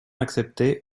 accepté